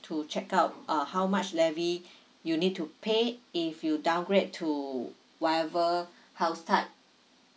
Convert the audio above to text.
to check out uh how much levy you need to pay if you downgrade to whatever house type